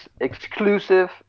exclusive